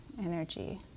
energy